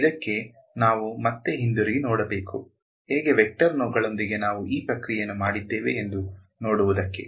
ಇದಕ್ಕೆ ನಾವು ಮತ್ತೆ ಹಿಂದಿರುಗಿ ನೋಡಬೇಕು ಹೇಗೆ ವೆಕ್ಟರ್ಗಳೊಂದಿಗೆ ನಾವು ಈ ಪ್ರಕ್ರಿಯೆಯನ್ನು ಮಾಡಿದ್ದೇವು ಎಂದು ನೋಡುವುದಕ್ಕೆ